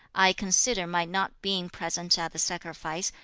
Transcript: i consider my not being present at the sacrifice,